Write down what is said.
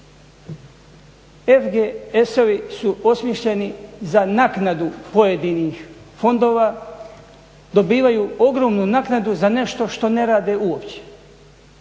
FGS-ovi su osmišljeni za naknadu pojedinih fondova, dobivaju ogromnu naknadu za nešto što ne rade uopće.